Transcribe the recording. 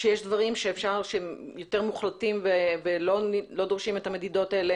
שיש דברים שהם יותר מוחלטים ולא דורשים את המדידות האלה